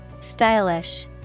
Stylish